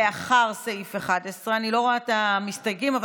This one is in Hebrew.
לאחר סעיף 11. אני לא רואה את המסתייגים אבל